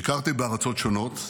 ביקרתי בארצות שונות.